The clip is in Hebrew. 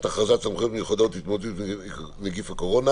הכרזת סמכויות מיוחדות להתמודדות עם נגיף הקורונה